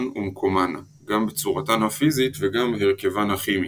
ומקומן - גם בצורתן הפיזית וגם בהרכבן הכימי.